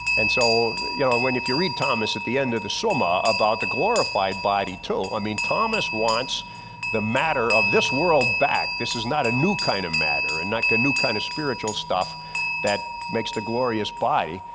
and so you know when if you read thomas at the end of the suma about the glorified body to, i mean thomas wants the matter of this world back, this is not a new kind of matter and not a new kind of spiritual stuff that makes the glorious body,